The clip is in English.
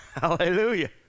hallelujah